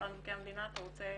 אדוני, ממשרד מבקר המדינה, אתה רוצה?